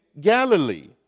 Galilee